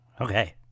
Okay